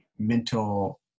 mental